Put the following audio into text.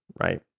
right